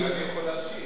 אני יכול להשיב.